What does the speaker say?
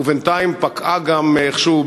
ובינתיים פקעה גם איכשהו,